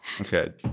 Okay